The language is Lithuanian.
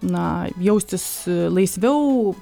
na jaustis laisviau